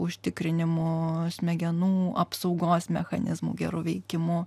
užtikrinimu smegenų apsaugos mechanizmų geru veikimu